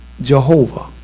Jehovah